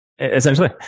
Essentially